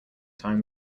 time